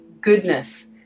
goodness